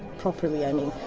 properly. i mean,